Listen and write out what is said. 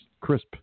crisp